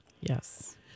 Yes